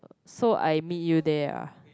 so I meet you there ah